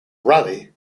raleigh